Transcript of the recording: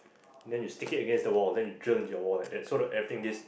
then you stick it against the wall then you drill into your wall like that so that everything this